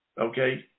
okay